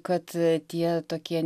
kad tie tokie